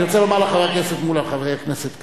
אני רוצה לומר לחבר הכנסת מולה ולחבר הכנסת כבל,